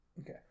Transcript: Okay